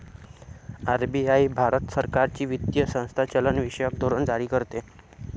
RBI Bharat सरकारची वित्तीय संस्था चलनविषयक धोरण जारी करते